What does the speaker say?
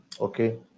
Okay